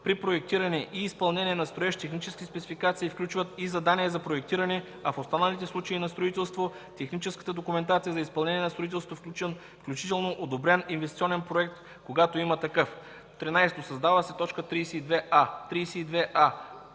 „При проектиране и изпълнение на строеж техническите спецификации включват и задание за проектиране, а в останалите случаи на строителство – техническата документация за изпълнение на строителството, включително одобрен инвестиционен проект, когато има такъв.” 13. Създава се т. 32а: